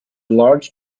large